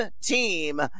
team